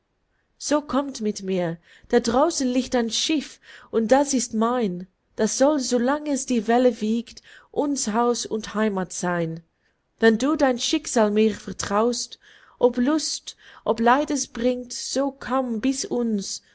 so komm mit mir da draußen liegt ein schiff und das ist mein das soll so lang es die welle wiegt uns haus und heimat sein wenn du dein schicksal mir vertraust ob lust ob leid es bringt so komm bis uns